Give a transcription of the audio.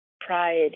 pride